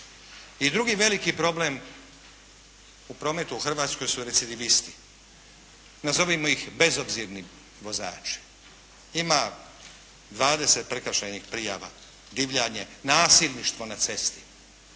I drugi veliki problem u prometu u Hrvatskoj su recidivisti, nazovimo ih bezobzirni vozači. Ima dvadeset prekršajnih prijava, divljanje, nasilništvo na cesti,